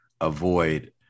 avoid